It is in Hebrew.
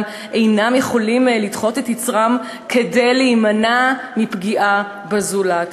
אינם יכולים לדחות את יצרם כדי להימנע מפגיעה בזולת.